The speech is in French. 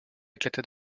éclata